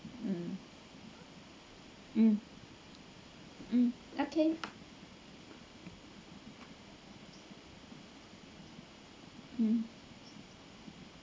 mm mm mm okay mm